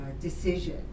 decision